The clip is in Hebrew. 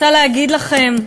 אני רוצה להגיד לכם,